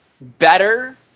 better